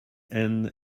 end